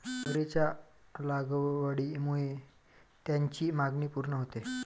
मगरीच्या लागवडीमुळे त्याची मागणी पूर्ण होते